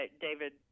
David